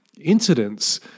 incidents